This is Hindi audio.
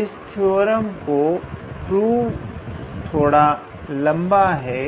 इस थ्योरम को प्रूव थोड़ा लंबा है